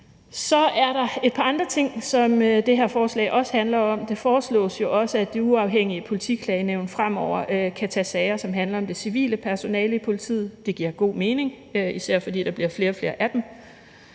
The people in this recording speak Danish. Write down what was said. Så er der et par andre ting, som det her forslag også handler om. Det foreslås jo også, at de uafhængige politiklagenævn fremover kan tage sager, som handler om det civile personale i politiet. Det giver god mening, især fordi der bliver flere og flere af dem.